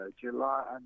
July